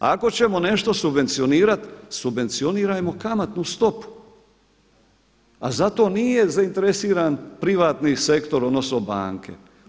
Ako ćemo nešto subvencionirat subvencionirajmo kamatnu stopu, a za to nije zainteresiran privatni sektor odnosno banke.